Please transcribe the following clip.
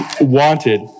wanted